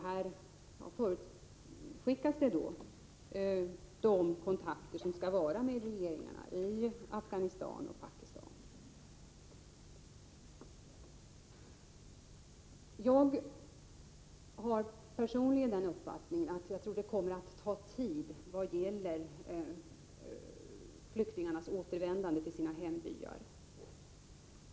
Här förutskickas de kontakter som skall förekomma med regeringarna i Afghanistan och Pakistan. Personligen har jag den uppfattningen att flyktingarnas återvändande till hembyarna kommer att ta tid.